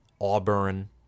Auburn